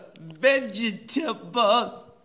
vegetables